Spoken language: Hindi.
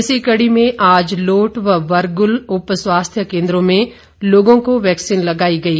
इसी कड़ी में आज लोट व बरगुल उप स्वास्थ्य केंद्रों में लोगों को वैक्सीन लगाई गई